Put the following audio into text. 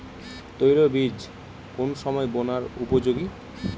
তৈল বীজ কোন সময় বোনার উপযোগী?